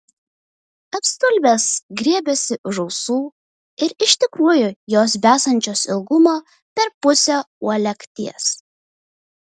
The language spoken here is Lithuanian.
apstulbęs griebėsi už ausų ir iš tikrųjų jos besančios ilgumo per pusę uolekties